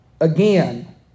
again